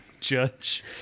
judge